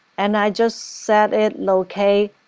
and i just set it locate